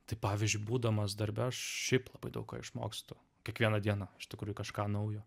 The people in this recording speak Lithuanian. tai pavyzdžiui būdamas darbe aš šiaip labai daug ko išmokstu kiekvieną dieną iš tikrųjų kažką naujo